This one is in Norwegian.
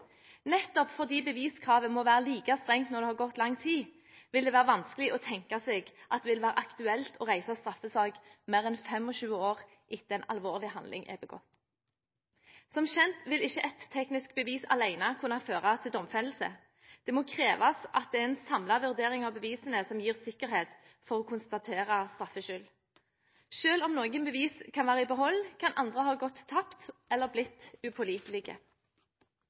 Nettopp fordi beviskravet må være like strengt når det har gått lang tid, vil det være vanskelig å tenke seg at det vil være aktuelt å reise straffesak mer enn 25 år etter at en alvorlig handling er begått. Som kjent vil ikke ett teknisk bevis alene kunne føre til domfellelse. Det må kreves at det er en samlet vurdering av bevisene som gir sikkerhet for å konstatere straffeskyld. Selv om noen bevis kan være i behold, kan andre ha gått tapt eller blitt upålitelige.